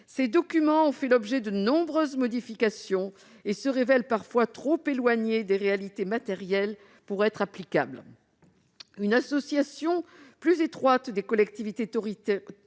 Ces documents ont fait l'objet de nombreuses modifications et se révèlent parfois trop éloignés des réalités matérielles pour être applicables. Une association plus étroite des collectivités